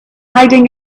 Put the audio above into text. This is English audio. hiding